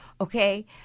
okay